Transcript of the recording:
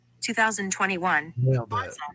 2021